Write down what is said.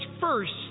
first